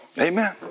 Amen